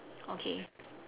okay